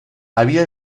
había